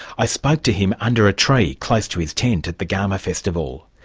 i spoke to him under a tree, close to his tent at the garma festival.